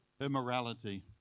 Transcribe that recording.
immorality